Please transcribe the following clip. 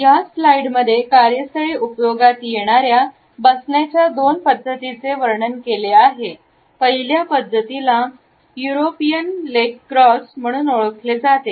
या स्लाईडमध्ये कार्यस्थळी उपयोगात येणाऱ्या बसण्याच्या दोन पद्धतींचे वर्णन केले आहे पहिल्या पद्धतीला युरोपियन लेग क्रॉस म्हणून ओळखले जाते